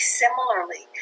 similarly